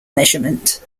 measurement